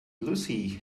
lucy